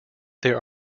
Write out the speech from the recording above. there